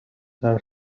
are